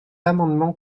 amendement